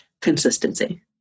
consistency